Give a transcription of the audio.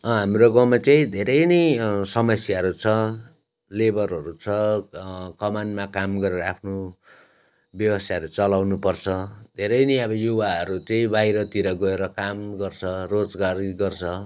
हाम्रो गाउँमा चाहिँ धेरै नै समस्याहरू छ लेबरहरू छ कमानमा काम गरेर आफ्नो व्यवसायहरू चलाउनुपर्छ धेरै नै अब युवाहरू त्यही बाहिरतिर गएर काम गर्छ रोजगारी गर्छ